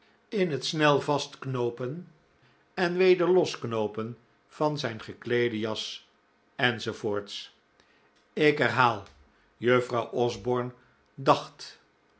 in het snel vastknoopen en weder losknoopen van zijn gekleede jas enz ik herhaal juffrouw osborne dacht